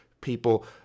people